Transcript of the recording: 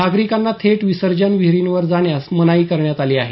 नागरिकांना थेट विसर्जन विहिरींवर जाण्यास मनाई करण्यात आली आहे